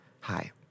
hi